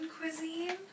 cuisine